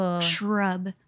shrub